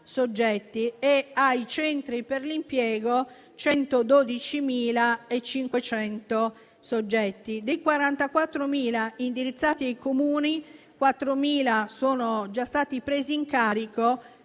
soggetti e ai centri per l'impiego 112.500 soggetti; dei 44000 indirizzati ai Comuni, 4.000 sono già stati presi in carico e